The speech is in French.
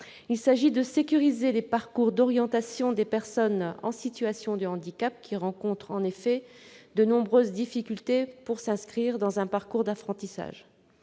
Il s'agit de sécuriser les parcours d'orientation des personnes en situation de handicap, qui rencontrent en effet de nombreuses difficultés pour s'inscrire dans un parcours d'apprentissage.